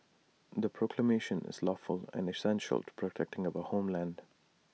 the proclamation is lawful and essential to protecting our homeland